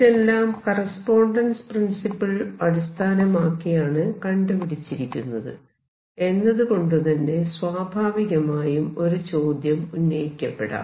ഇതെല്ലാം correspondence principle അടിസ്ഥാനമാക്കിയാണ് കണ്ടുപിടിച്ചിരിക്കുന്നത് എന്നതു കൊണ്ടുതന്നെ സ്വാഭാവികമായും ഒരു ചോദ്യം ഉന്നയിക്കപ്പെടാം